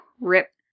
rip